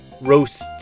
roast